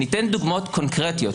אני אתן דוגמאות קונקרטיות.